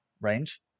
range